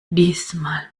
diesmal